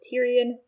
Tyrion